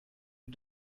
you